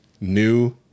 new